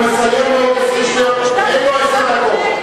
הוא מסיים בעוד 20 שניות, אין לו עשר דקות.